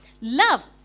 Love